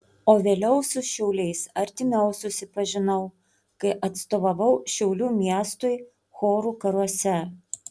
o vėliau su šiauliais artimiau susipažinau kai atstovavau šiaulių miestui chorų karuose